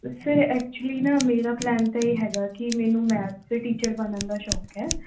sir actually ਨਾ ਮੇਰਾ plan ਤਾਂ ਇਹ ਹੈਗਾ ਕਿ ਮੈਨੂੰ ਮੈਥ ਦੇ ਟੀਚਰ ਬਣਨ ਦਾ ਸ਼ੌਂਕ ਹੈ